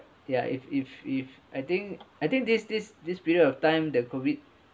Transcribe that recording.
ya if if if I think I think this this this period of time the COVID